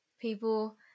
people